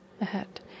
ahead